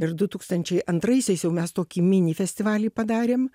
ir du tūkstančiai antraisiais jau mes tokį mini festivalį padarėm